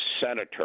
senator